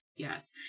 Yes